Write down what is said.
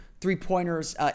three-pointers